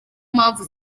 mpamvu